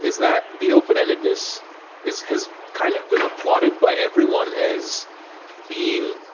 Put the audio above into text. is that the open-endedness has kind of been applauded by everyone as being